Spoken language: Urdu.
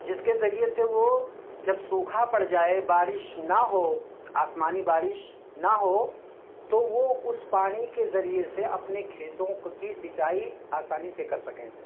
جس سے ذریعے سے وہ جب سوکھا پڑ جائے بارش نہ ہو آسمانی بارش نہ ہو تو وہ اس پانی کے ذریعے سے اپنے کھیتوں کی سینچائی آسانی سے کر سکیں